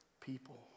people